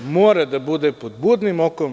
mora da bude pod budnim okom.